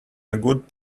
good